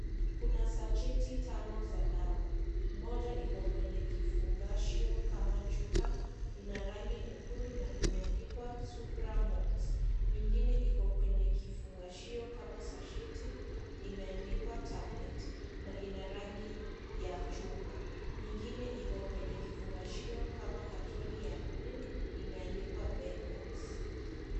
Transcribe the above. Kuna sacheti tano za dawa, moja iko kwenye kifungashio kama chupa, ina rangi nyekundu na imeandikwa (cs)SUPRAMAX(cs) nyingine iko kwenye kifungashio kama sacheti imeandikwa (cs)Tablet(cs) na ina rangi ya chungwa nyingine iko kwenye kifungashio kama katoni ya buluu imeandikwa (cs)Benmox(cs).